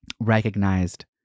recognized